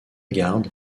garde